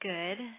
Good